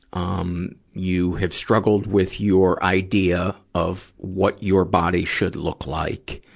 um you have struggled with your idea of what your body should look like,